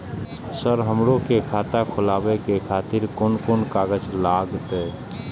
Sir हमरो के खाता खोलावे के खातिर कोन कोन कागज लागते?